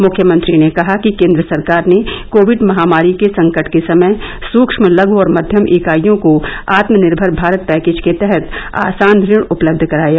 मुख्यमंत्री ने कहा कि केन्द्र सरकार ने कोविड महामारी के संकट के समय सूक्ष्म लघ् और मध्यम इकाइयों को आत्मनिर्भर भारत पैकेज के तहत आसान ऋण उपलब्ध कराया